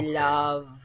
love